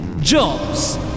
Jobs